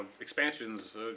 expansions